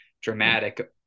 Dramatic